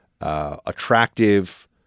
attractive